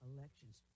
Elections